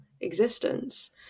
existence